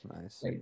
nice